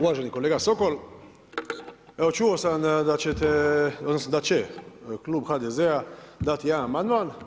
Uvaženi kolega Sokol, evo čuo sam da ćete, odnosno da će klub HDZ-a dati jedan amandman.